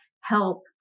help